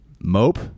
mope